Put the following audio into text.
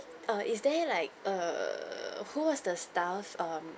err is there like err who was the staff um